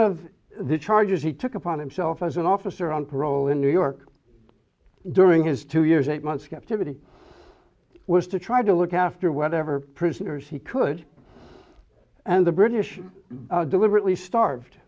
of the charges he took upon himself as an officer on parole in new york during his two years eight months captivity was to try to look after whatever prisoners he could and the british deliberately starved